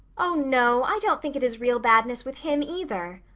oh, no, i don't think it is real badness with him either,